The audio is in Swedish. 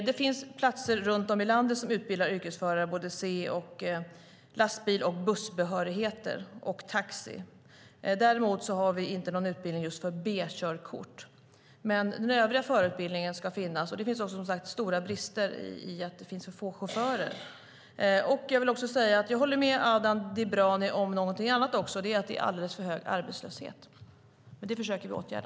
Det finns platser runt om i landet som utbildar förare till lastbils och bussbehörighet samt taxibehörighet. Däremot finns inte utbildning för B-körkort. Men den övriga förarutbildningen ska finnas. Det finns, som sagt, stora brister i att det finns för få chaufförer. Jag håller med Adnan Dibrani om något annat också, nämligen att det är alldeles för hög arbetslöshet. Det försöker vi åtgärda.